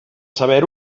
saber